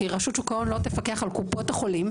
כי רשות שוק ההון לא תפקח על קופות החולים,